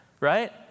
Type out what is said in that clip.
right